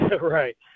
Right